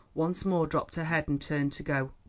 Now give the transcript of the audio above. once more dropped her head, and turned to go.